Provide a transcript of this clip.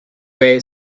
way